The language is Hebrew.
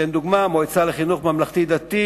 אתן דוגמה: המועצה לחינוך ממלכתי-דתי,